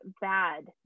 bad